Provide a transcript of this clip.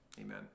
amen